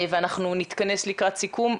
ואנחנו נתכנס לקראת סיכום.